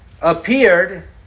appeared